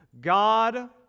God